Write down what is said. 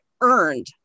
earned